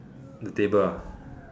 the table ah